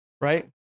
right